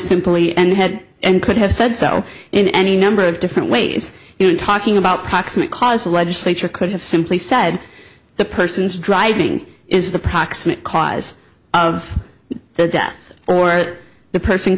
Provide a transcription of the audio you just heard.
simply and had and could have said so in any number of different ways in talking about proximate cause the legislature could have simply said the persons driving is the proximate cause of the death or the person